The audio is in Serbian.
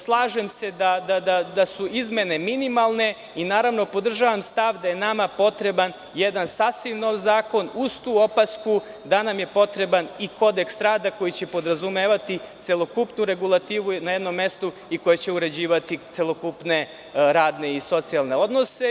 Slažem se da su izmene minimalne i naravno podržavam stav da je nama potreban jedan sasvim nov zakon uz tu opasku da nam je potreban i kodeks rada koji će podrazumevati celokupnu regulativu na jednom mestu i koja će uređivati celokupne radne i socijalne odnose.